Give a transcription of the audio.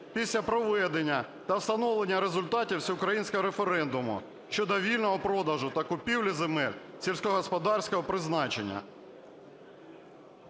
після проведення та встановлення результатів всеукраїнського референдуму щодо вільного продажу та купівлі земель сільськогосподарського призначення".